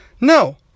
No